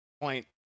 point